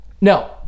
No